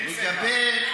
אין צבע.